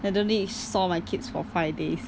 I don't need to saw my kids for five days